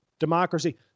Democracy